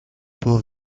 pudo